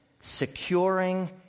securing